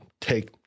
take